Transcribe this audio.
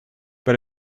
but